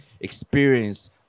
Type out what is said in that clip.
experience